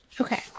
Okay